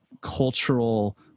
cultural